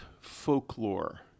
folklore